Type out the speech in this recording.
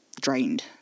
drained